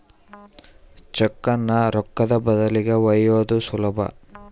ಚೆಕ್ಕುನ್ನ ರೊಕ್ಕದ ಬದಲಿಗಿ ಒಯ್ಯೋದು ಸುಲಭ